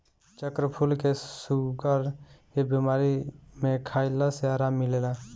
चक्रफूल के शुगर के बीमारी में खइला से आराम मिलेला